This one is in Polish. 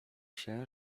się